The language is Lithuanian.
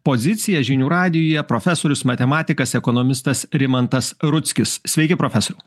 pozicija žinių radijuje profesorius matematikas ekonomistas rimantas rudzkis sveiki profesoriau